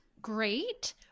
Great